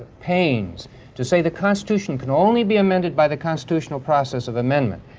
pains to say the constitution can only be amended by the constitutional process of amendment,